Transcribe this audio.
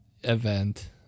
event